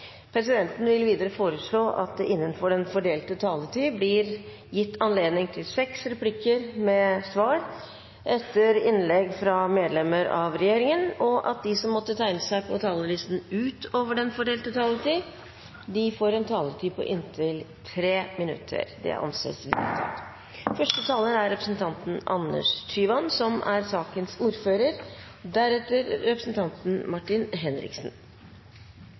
presidenten foreslå at det blir gitt anledning til fem replikker med svar etter innlegg fra medlemmer av regjeringen, innenfor den fordelte taletid, og at de som måtte tegne seg på talerlisten utover den fordelte taletid, får en taletid på inntil 3 minutter. – Det anses vedtatt. Som ordfører